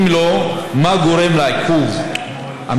2. אם לא, מה הגורם לעיכוב המכרז?